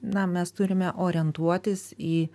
na mes turime orientuotis į